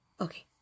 Okay